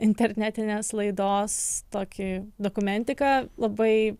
internetinės laidos tokį dokumentiką labai